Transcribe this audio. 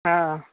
हँ